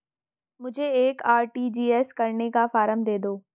मुझे एक आर.टी.जी.एस करने का फारम दे दो?